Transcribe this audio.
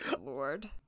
Lord